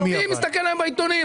מי מסתכל היום בעיתונים?